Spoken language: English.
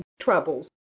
troubles